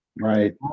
right